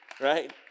right